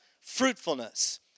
fruitfulness